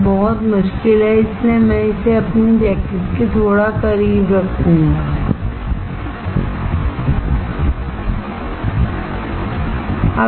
यह बहुत मुश्किल है इसलिए मैं इसे अपनी जैकेट के थोड़ा करीब रखूंगा